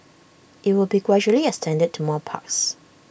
IT will be gradually extended to more parks